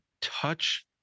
touch